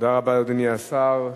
תודה רבה, אדוני השר.